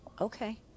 Okay